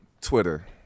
Twitter